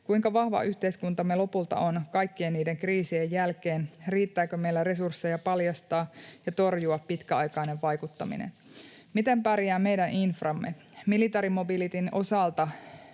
Kuinka vahva yhteiskuntamme lopulta on kaikkien niiden kriisien jälkeen? Riittääkö meillä resursseja paljastaa ja torjua pitkäaikainen vaikuttaminen? Miten pärjää meidän inframme? Military mobilityn osalta